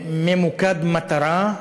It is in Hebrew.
ממוקד-מטרה,